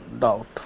doubt